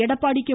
Edappadi K